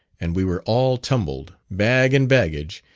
and we were all tumbled, bag and baggage,